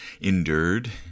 endured